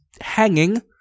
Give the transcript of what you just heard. hanging